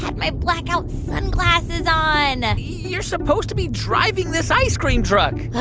my blackout sunglasses on you're supposed to be driving this ice-cream truck yeah